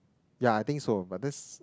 yeah I think so but this